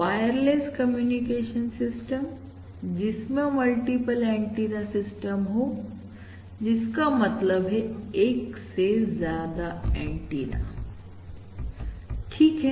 wireless communication system जिसमें multiple antenna system हो जिसका मतलब है एक से ज्यादा एंटीना ठीक है